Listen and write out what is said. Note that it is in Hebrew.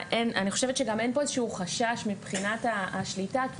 אני חושבת שגם אין פה איזשהו חשש מבחינת השליטה כי